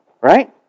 Right